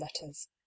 letters